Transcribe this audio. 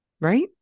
Right